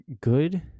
good